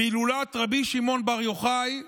בהילולת רבי שמעון בר יוחאי במירון.